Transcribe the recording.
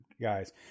guys